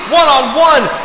one-on-one